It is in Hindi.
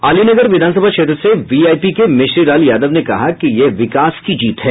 अलीनगर विधानसभा क्षेत्र से वीआईपी के मिश्रीलाल यादव ने कहा कि यह विकास की जीत है